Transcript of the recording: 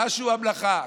משהו של המלכה.